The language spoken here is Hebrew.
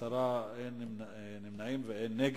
השר אמר ועדה.